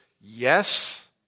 yes